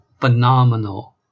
phenomenal